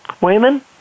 Wayman